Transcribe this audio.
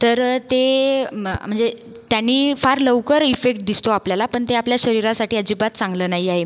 तर ते मग म्हणजे त्यांनी फार लवकर इफेक्ट दिसतो आपल्याला पण ते आपल्या शरीरासाठी अजिबात चांगलं नाही आहे